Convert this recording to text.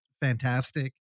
fantastic